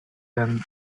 than